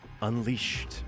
Unleashed